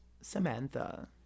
Samantha